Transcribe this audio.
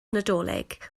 nadolig